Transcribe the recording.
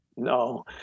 No